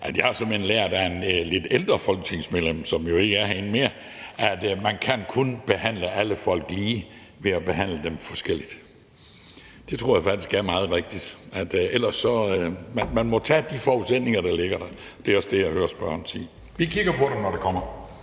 at jeg såmænd har lært af et lidt ældre folketingsmedlem, som ikke er herinde mere, at man kun kan behandle alle folk lige ved at behandle dem forskelligt. Det tror jeg faktisk er meget rigtigt. Man må tage de forudsætninger, der er der, og det er også det, jeg hører spørgeren sige. Vi kigger på det, når det kommer.